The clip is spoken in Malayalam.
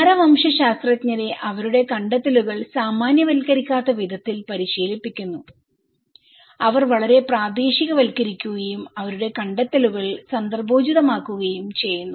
നരവംശശാസ്ത്രജ്ഞരെ അവരുടെ കണ്ടെത്തലുകൾ സാമാന്യവൽക്കരിക്കാത്ത വിധത്തിൽ പരിശീലിപ്പിക്കുന്നു അവർ വളരെ പ്രാദേശികവൽക്കരിക്കുകയും അവരുടെ കണ്ടെത്തലുകൾ സന്ദർഭോചിതമാക്കുകയും ചെയ്യുന്നു